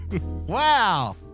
Wow